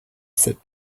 sit